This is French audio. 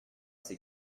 ces